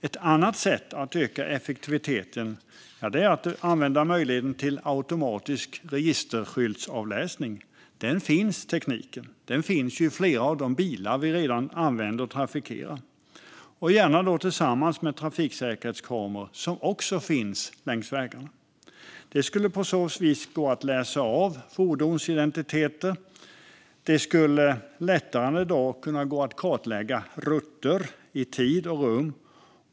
Ett annat sätt att öka effektiviteten är att använda möjligheten till automatisk registerskyltsavläsning. Den tekniken finns. Den finns redan i flera av de bilar som används i trafiken. Det får då gärna ske tillsammans med trafiksäkerhetskameror, som också finns längs vägarna. Det skulle på så vis gå att läsa av fordons identiteter. Det skulle lättare än i dag gå att kartlägga rutter i tid och rum.